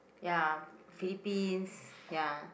ya Philippines ya